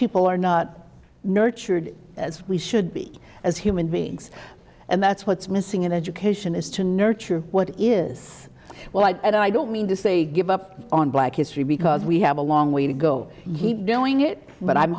people are not nurtured as we should be as human beings and that's what's missing in education is to nurture what is well i don't mean to say give up on black history because we have a long way to go he doing it but i'm